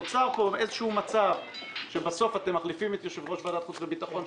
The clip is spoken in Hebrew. נוצר פה מצב שבסוף אתם מחליפים את יושב-ראש ועדת החוץ והביטחון,